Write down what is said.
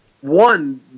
One